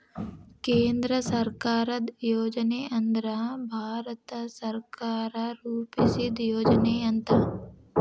ಕೇಂದ್ರ ಸರ್ಕಾರದ್ ಯೋಜನೆ ಅಂದ್ರ ಭಾರತ ಸರ್ಕಾರ ರೂಪಿಸಿದ್ ಯೋಜನೆ ಅಂತ